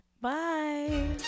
Bye